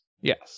yes